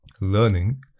learning